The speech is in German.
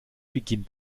beginnt